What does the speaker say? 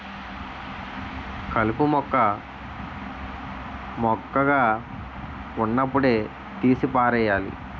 కలుపు మొక్క మొక్కగా వున్నప్పుడే తీసి పారెయ్యాలి